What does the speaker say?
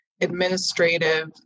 administrative